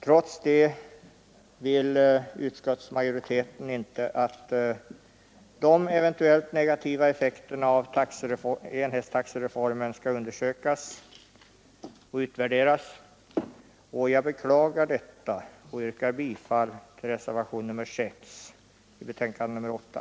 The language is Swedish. Trots det vill utskottsmajoriteten inte att de eventuella negativa effekterna av enhetstaxereformen skall undersökas och utvärderas. Jag beklagar detta, och jag kommer att yrka bifall till reservationen 6 vid betänkandet nr 8.